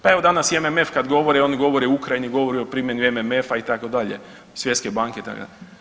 Pa evo danas i MMF kad govore oni govore o Ukrajini, govore o primjeni MMF-a itd., Svjetske banke itd.